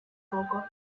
poco